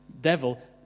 Devil